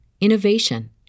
innovation